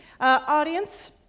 audience